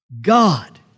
God